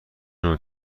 نوع